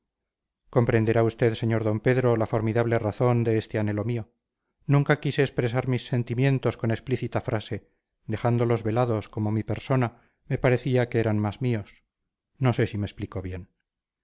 comprenderá usted sr d pedro la formidable razón de este anhelo mío nunca quise expresar mis sentimientos con explícita frase dejándolos velados como mi persona me parecía que eran más míos no sé si me explico bien